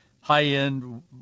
high-end